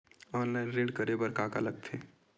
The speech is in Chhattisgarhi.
ऑनलाइन ऋण करे बर का करे ल पड़हि?